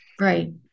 Right